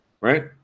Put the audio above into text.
right